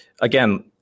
Again